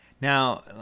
Now